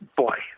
boy